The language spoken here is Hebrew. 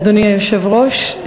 אדוני היושב-ראש,